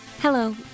Hello